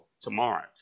tomorrow